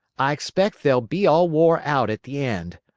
i expect they'll be all wore out at the end.